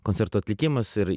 koncerto atlikimas ir